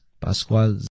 Pascual